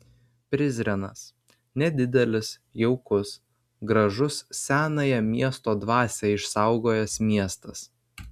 prizrenas nedidelis jaukus gražus senąją miesto dvasią išsaugojęs miestas